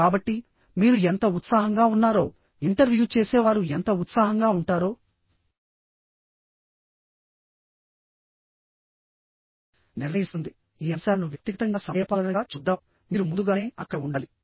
కాబట్టి మీరు ఎంత ఉత్సాహంగా ఉన్నారోఇంటర్వ్యూ చేసేవారు ఎంత ఉత్సాహంగా ఉంటారో నిర్ణయిస్తుంది ఈ అంశాలను వ్యక్తిగతంగా సమయపాలనగా చూద్దాంమీరు ముందుగానే అక్కడ ఉండాలి